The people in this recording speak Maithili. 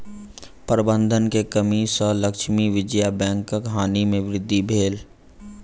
प्रबंधन के कमी सॅ लक्ष्मी विजया बैंकक हानि में वृद्धि भेल